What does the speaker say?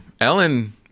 Ellen